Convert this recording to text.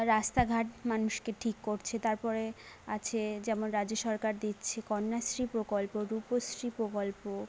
রাস্তাঘাট মানুষকে ঠিক করছে তারপরে আছে যেমন রাজ্য সরকার দিচ্ছে কন্যাশ্রী প্রকল্প রূপশ্রী প্রকল্প